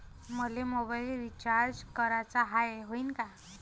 मले mobile recharge कराचा हाय, होईनं का?